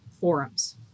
forums